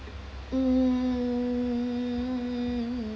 mm